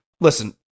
Listen